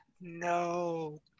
no